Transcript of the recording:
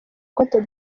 cote